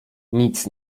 nic